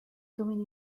doing